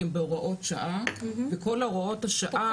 הם בהוראות שעה וכל הוראות השעה,